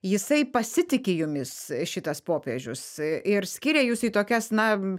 jisai pasitiki jumis šitas popiežius ir skiria jus į tokias na